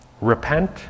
repent